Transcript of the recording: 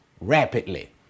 rapidly